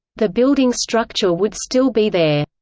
the building structure would still be there.